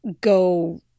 go